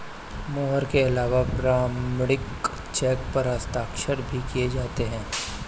मोहर के अलावा प्रमाणिक चेक पर हस्ताक्षर भी किये जाते हैं